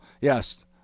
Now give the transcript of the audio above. yes